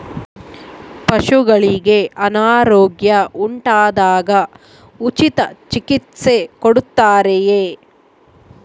ಪಶುಗಳಿಗೆ ಅನಾರೋಗ್ಯ ಉಂಟಾದಾಗ ಉಚಿತ ಚಿಕಿತ್ಸೆ ಕೊಡುತ್ತಾರೆಯೇ?